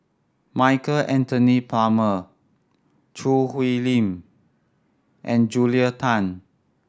Michael Anthony Palmer Choo Hwee Lim and Julia Tan